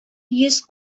йөз